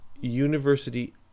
university